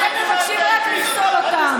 אתם מבקשים לפסול רק אותם.